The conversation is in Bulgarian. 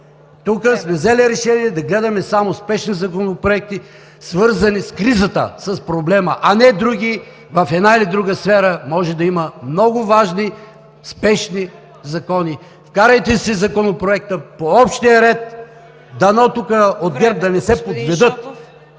че сме взели решение да гледаме само спешни законопроекти, свързани с кризата, с проблема, а не други и в една или друга сфера може да има много важни, спешни закони. Вкарайте си Законопроекта по общия ред, дано от ГЕРБ… ПРЕДСЕДАТЕЛ